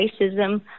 racism